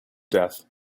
death